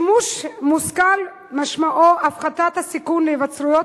שימוש מושכל משמעו הפחתת הסיכון של היווצרות,